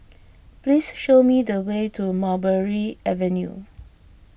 please show me the way to Mulberry Avenue